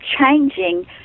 changing